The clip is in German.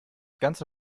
ganze